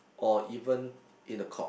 or even in the court